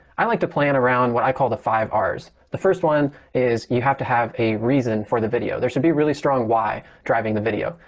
i like to plan around what i call the five hours. the first one is you have to have a reason for the video. there should be really strong y driving the video.